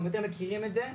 הם יותר מכירים את זה,